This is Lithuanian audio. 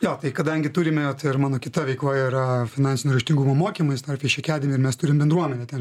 jo kadangi turime tai ir mano kita veikla yra finansinio raštingumo mokymais tapę šiokiadieniai mes turime bendruomenę ten